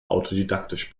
autodidaktisch